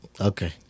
Okay